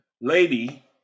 lady